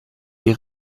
die